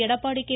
Edappadi K